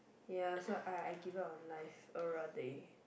ya so I I give up on life already